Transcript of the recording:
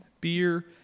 Beer